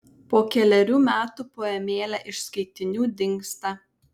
po kelerių metų poemėlė iš skaitinių dingsta